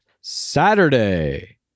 Saturday